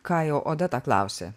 ką jau odeta klausė